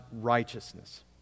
righteousness